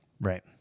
right